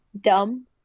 dumb